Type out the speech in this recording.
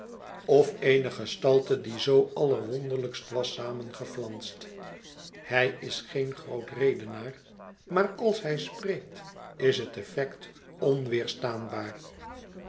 of eene gestalte die zoo allerwonderlijkst was samengeflanst hij is geen groot redenaar maar als hij spreekt is het effect onweerstaanbaar